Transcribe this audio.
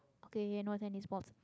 okay here no tennis balls